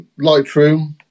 Lightroom